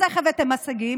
אז איך הבאתם הישגים?